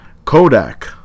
Kodak